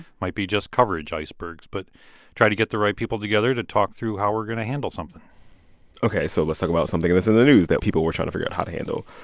might be just coverage icebergs. but try to get the right people together to talk through how we're going to handle something ok, so let's talk about something that's in the news that people were trying to figure out how to handle.